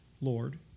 Lord